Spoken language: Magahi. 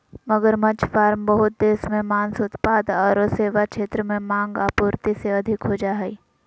मगरमच्छ फार्म बहुत देश मे मांस उत्पाद आरो सेवा क्षेत्र में मांग, आपूर्ति से अधिक हो जा हई